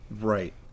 right